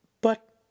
But